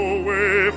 away